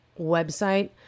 website